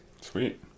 Sweet